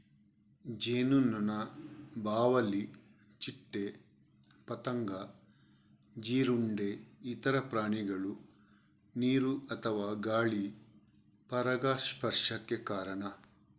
ಜೇನುನೊಣ, ಬಾವಲಿ, ಚಿಟ್ಟೆ, ಪತಂಗ, ಜೀರುಂಡೆ, ಇತರ ಪ್ರಾಣಿಗಳು ನೀರು ಅಥವಾ ಗಾಳಿ ಪರಾಗಸ್ಪರ್ಶಕ್ಕೆ ಕಾರಣ